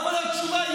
התשובה,